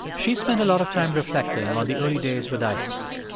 she spent a lot of time reflecting on the early days with isis.